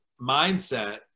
mindset